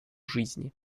жизни